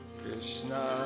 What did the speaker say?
Krishna